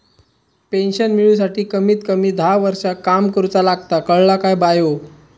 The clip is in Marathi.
पेंशन मिळूसाठी कमीत कमी दहा वर्षां काम करुचा लागता, कळला काय बायो?